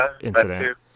incident